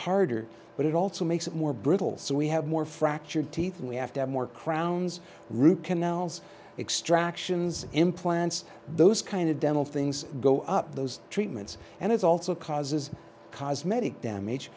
harder but it also makes it more brittle so we have more fractured teeth and we have to have more crowns root canals extractions implants those kind of dental things go up those treatments and it's also causes cosmetic damage